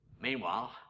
Meanwhile